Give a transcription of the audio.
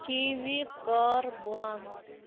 T V کر بنٛد